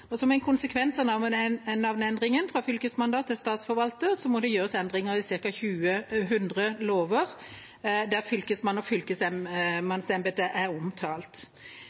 endringer. Som en konsekvens av navneendringen fra fylkesmann til statsforvalter må det gjøres endringer i ca. 100 lover der ordet «fylkesmann» og fylkesmannsembetet er omtalt.